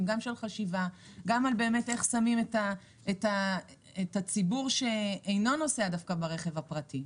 של חשיבה איך לשים במוקד את הציבור שאינו נוסע בתחבורה ציבורית.